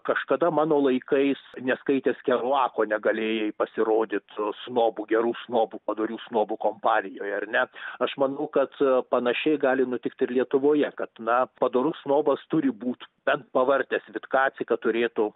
kažkada mano laikais neskaitęs keruako negalėjai pasirodyt snobų gerų snobų padorių snobų kompanijoje ar ne aš manau kad panašiai gali nutikt ir lietuvoje kad na padorus snobas turi būt bent pavartęs vitkacį kad turėtų